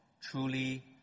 truly